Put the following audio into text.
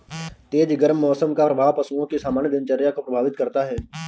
तेज गर्म मौसम का प्रभाव पशुओं की सामान्य दिनचर्या को प्रभावित करता है